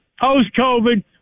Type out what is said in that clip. Post-COVID